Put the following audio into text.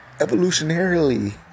Evolutionarily